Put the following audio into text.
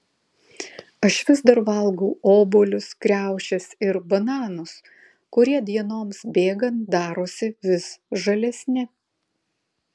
aš vis dar valgau obuolius kriaušes ir bananus kurie dienoms bėgant darosi vis žalesni